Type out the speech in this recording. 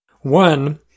One